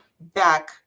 back